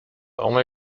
only